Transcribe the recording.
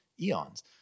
eons